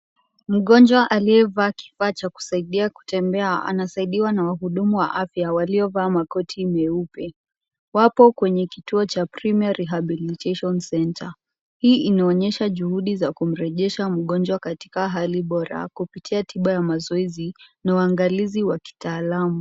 Mgonjwa aliyevaa kifaa cha kusaidia kutembea, anasaidiwa na wahudumu wa afya waliovaa makoti meupe. Wapo kwenye kituo cha Premier Rehabilitation Center. Hii inaonyesha juhudi za kumrejesha mgonjwa katika hali bora, kupitia mazoezi na waangalizi wa kitaalamu.